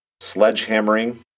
sledgehammering